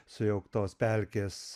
sujauktos pelkės